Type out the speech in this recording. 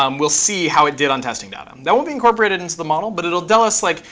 um we'll see how it did on testing data. um that won't be incorporated into the model, but it will tell us, like,